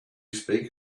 speak